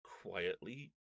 quietly